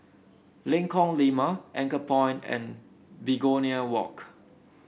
Lengkong Lima Anchorpoint and Begonia Walk